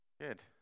Good